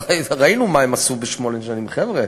ראינו מה הם עשו בשמונה שנים, חבר'ה.